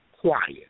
quiet